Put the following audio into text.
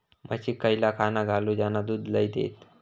म्हशीक खयला खाणा घालू ज्याना लय दूध देतीत?